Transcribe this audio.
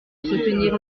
soutenir